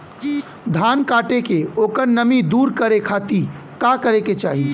धान कांटेके ओकर नमी दूर करे खाती का करे के चाही?